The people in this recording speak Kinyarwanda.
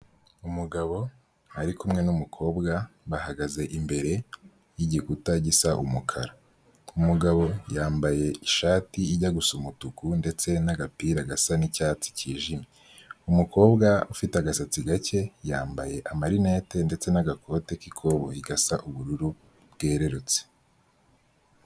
Umugabo ari kumwe n'umukobwa bahagaze imbere y'igikuta gisa umukara, umugabo yambaye ishati ijya gusa umutuku ndetse n'agapira gasa n'icyatsi kijimye, umukobwa ufite agasatsi gake yambaye amarinete ndetse n'agakoti k'ikoboyi gasa ubururu bwerererutse.